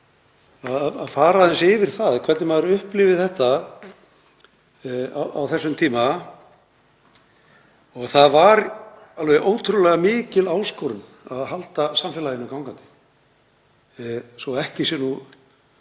að fara aðeins yfir það hvernig maður upplifði þetta þá. Það var alveg ótrúlega mikil áskorun að halda samfélaginu gangandi, svo ekki sé nú